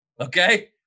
Okay